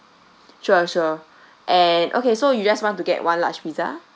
sure sure and okay so you just want to get one large pizza